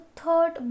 third